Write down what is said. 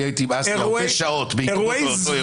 אני הייתי עם אסי הרבה שעות באותו אירוע.